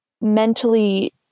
mentally